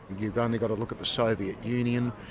you've only got to look at the soviet union,